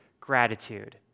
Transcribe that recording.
gratitude